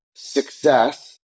Success